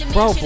Bro